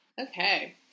Okay